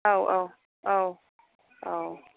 औ औ औ औ